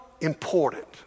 important